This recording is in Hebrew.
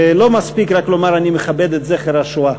שלא מספיק רק לומר "אני מכבד את זכר השואה",